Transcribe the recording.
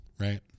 Right